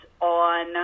on